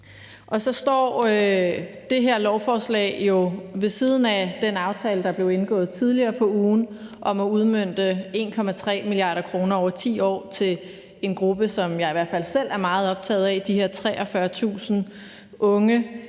Så står det her lovforslag jo ved siden af den aftale, der blev indgået tidligere på ugen, om at udmønte 1,3 mia. kr. over 10 år til en gruppe, som jeg i hvert fald selv er meget optaget af, nemlig de her 43.000 unge,